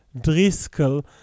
Driscoll